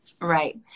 Right